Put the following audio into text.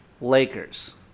Lakers